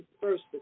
first